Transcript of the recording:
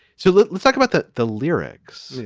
so let's talk about the the lyrics.